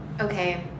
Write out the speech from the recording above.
Okay